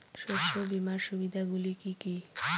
শস্য বিমার সুবিধাগুলি কি কি?